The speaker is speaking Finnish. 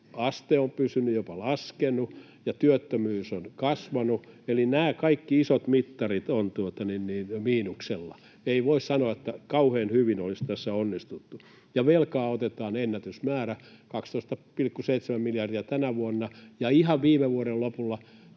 on pysynyt, jopa laskenut, ja työttömyys on kasvanut, eli nämä kaikki isot mittarit ovat miinuksella. Ei voi sanoa, että kauhean hyvin olisi tässä onnistuttu. Ja velkaa otetaan ennätysmäärä, 12,7 miljardia tänä vuonna, ja ihan viime vuoden lopulla